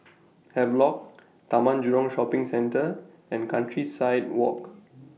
Havelock Taman Jurong Shopping Centre and Countryside Walk